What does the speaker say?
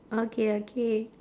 okay okay